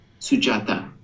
Sujata